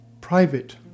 private